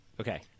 Okay